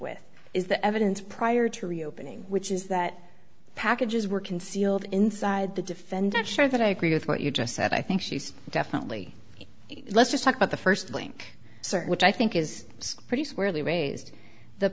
with is the evidence prior to reopening which is that the packages were concealed inside the defendant sure that i agree with what you just said i think she's definitely let's just talk about the first link search which i think is pretty squarely raised the